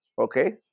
Okay